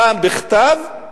פעם בכתב,